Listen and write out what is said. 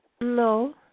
No